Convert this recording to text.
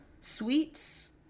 sweets